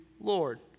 Lord